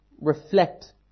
reflect